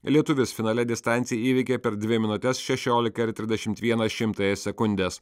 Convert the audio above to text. lietuvis finale distanciją įveikė per dvi minutes šešiolika ir trisdešimt vieną šimtąją sekundės